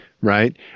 Right